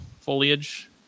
foliage